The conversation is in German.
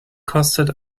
kostet